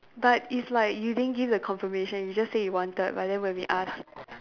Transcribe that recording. but it's like you didn't give the confirmation you just say you wanted but then when we asked